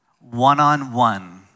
One-on-one